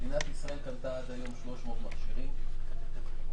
מדינת ישראל קנתה עד היום 300 מכשירים, 150